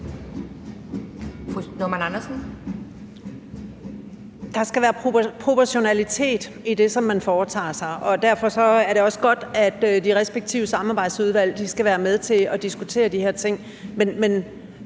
Normann Andersen (SF): Der skal være proportionalitet i det, som man foretager sig, og derfor er det også godt, at de respektive samarbejdsudvalg skal være med til at diskutere de her ting.